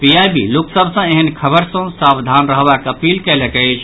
PIB लोक सभ सँ एहेन खबर सँ सावधान रहबाक अपील कयलक अछि